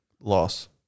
Loss